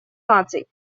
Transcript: наций